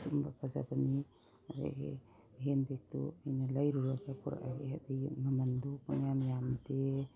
ꯑꯁꯤꯒꯨꯝꯕ ꯐꯖꯕꯅꯤ ꯑꯗꯒꯤ ꯍꯦꯟ ꯕꯦꯒꯇꯨ ꯑꯩꯅ ꯂꯩꯔꯨꯔꯒ ꯄꯨꯔꯛꯑꯒꯦ ꯑꯗꯒꯤ ꯃꯃꯟꯗꯨ ꯄꯪꯌꯥꯝ ꯌꯥꯝꯗꯦ